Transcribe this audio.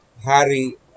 Hari